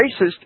Racist